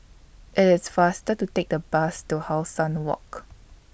IT IS faster to Take The Bus to How Sun Walk